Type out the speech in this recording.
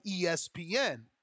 ESPN